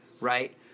right